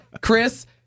Chris